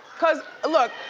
cause look,